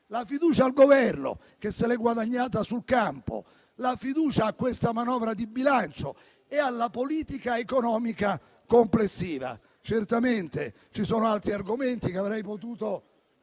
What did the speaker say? la fiducia al Governo, che se l'è guadagnata sul campo; la fiducia a questa manovra di bilancio e alla politica economica complessiva. Certamente ci sono altri argomenti che avrei potuto